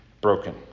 broken